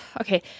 okay